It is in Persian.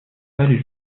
پری